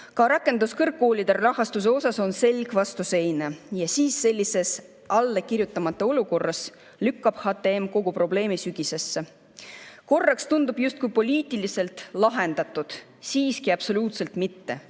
Ka rakenduskõrgkoolide rahastuses on selg vastu seina ja siis sellises allakirjutamata [lepingute] olukorras lükkab HTM kogu probleemi sügisesse. Korraks tundub, [et asi on] justkui poliitiliselt lahendatud, aga siiski absoluutselt mitte.